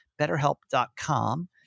BetterHelp.com